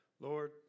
Lord